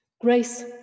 Grace